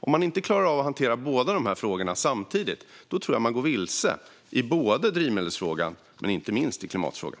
Om man inte klarar av att hantera båda dessa frågor samtidigt tror jag att man går vilse i både drivmedelsfrågan och inte minst i klimatfrågan.